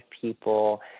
people